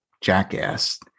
jackass